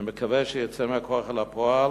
אני מקווה שזה יצא מהכוח אל הפועל,